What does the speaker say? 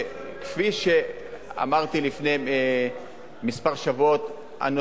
כפי שאמרתי לפני שבועות מספר,